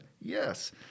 Yes